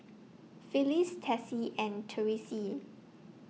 Phyliss Tessie and Tyreese